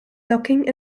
docking